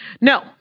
No